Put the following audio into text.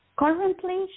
Currently